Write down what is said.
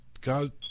God